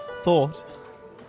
thought